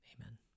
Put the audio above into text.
amen